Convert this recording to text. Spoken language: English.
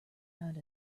found